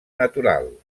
natural